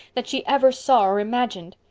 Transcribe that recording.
that she ever saw or imagined.